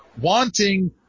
wanting